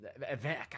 event